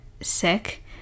sick